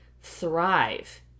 thrive